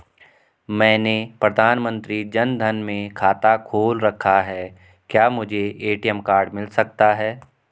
मैंने प्रधानमंत्री जन धन में खाता खोल रखा है क्या मुझे ए.टी.एम कार्ड मिल सकता है?